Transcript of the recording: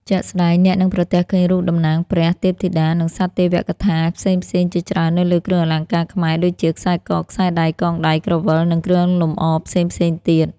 ជាក់ស្ដែង អ្នកនឹងប្រទះឃើញរូបតំណាងព្រះ ទេពធីតា និងសត្វទេវកថាផ្សេងៗជាច្រើននៅលើគ្រឿងអលង្ការខ្មែរ ដូចជាខ្សែក ខ្សែដៃ កងដៃ ក្រវិល និងគ្រឿងលម្អផ្សេងៗទៀត។